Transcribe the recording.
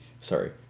Sorry